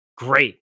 Great